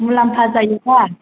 मुलाम्फा जायोफा